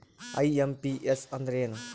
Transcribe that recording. IMPS ಅಂದ್ರ ಏನು?